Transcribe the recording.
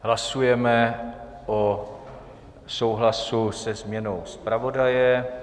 Hlasujeme o souhlasu se změnou zpravodaje.